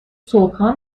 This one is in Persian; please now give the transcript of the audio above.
صبحها